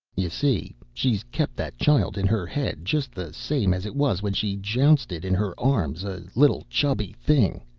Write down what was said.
you see, she's kept that child in her head just the same as it was when she jounced it in her arms a little chubby thing.